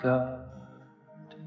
God